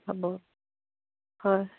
হ'ব হয়